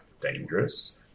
dangerous